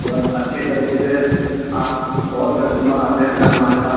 बहुत अच्छे तरीके से आप बहुत कस्टमर आते हैं सर हमारे पास